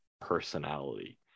personality